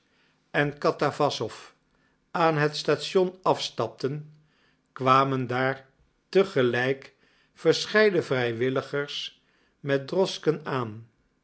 en katawassow aan het station afstapten kwamen daar te gelijk verscheiden vrijwilligers met droschken aan